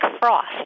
frost